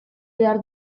behar